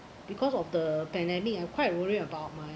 because of the pandemic I'm quite worried about my